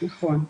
נכון.